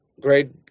great